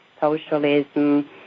socialism